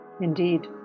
Indeed